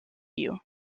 you